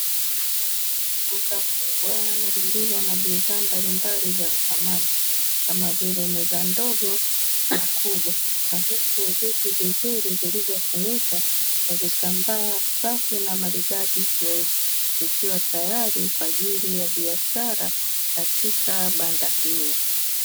Duka kubwa lililo na bidhaa mbalimbali za samani kamavile meza ndogo na kubwa, na huku viti vizuri vilivyo funikwa kwa vitambaa safi na maridadi vyeusi vikiwa tayari kwajili ya biashara katika banda hilo.